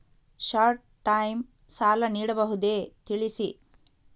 Short time ಸಾಲ ನೀಡಬಹುದೇ ತಿಳಿಸಿ?